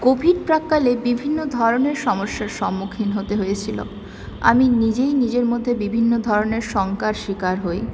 Covid প্রাক্কালে বিভিন্ন ধরনের সমস্যার সম্মুখীন হতে হয়েছিল আমি নিজেই নিজের মধ্যে বিভিন্ন ধরনের শঙ্কার শিকার হই